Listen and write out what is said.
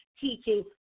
teaching